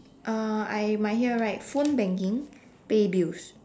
uh I my here write phone banking pay bills